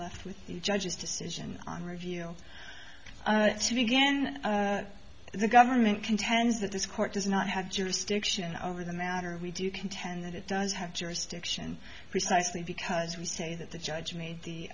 left with the judge's decision on revealed it to me again the government contends that this court does not have jurisdiction over the matter we do contend that it does have jurisdiction precisely because we say that the judge made the